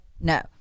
no